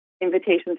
invitations